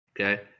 Okay